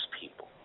people